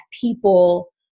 people